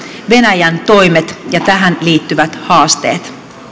venäjän toimet ja tähän liittyvät haasteet